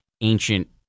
ancient